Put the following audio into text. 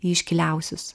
ji iškiliausius